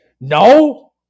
no